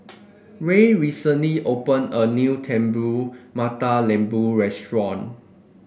Ray recently opened a new Telur Mata Lembu restaurant